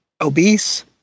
obese